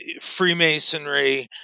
freemasonry